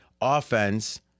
offense—